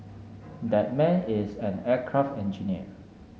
that man is an aircraft engineer